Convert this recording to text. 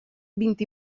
vint